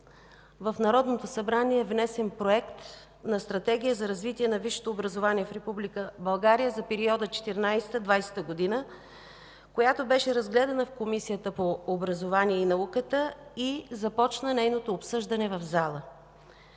в Народното събрание е внесен проект на „Стратегия за развитие на висшето образование в Република България за периода 2014 – 2020 г.”, която беше разгледана в Комисията по образованието и науката и започна нейното обсъждане в залата.